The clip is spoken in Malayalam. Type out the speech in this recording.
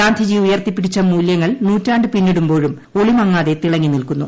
ഗാന്ധിജി ഉയർത്തിപ്പിടിച്ച മൂല്യങ്ങൾ നൂറ്റാണ്ട് പിന്നിടുമ്പോഴും ഒളിമങ്ങാതെ തിളങ്ങി നിൽക്കുന്നു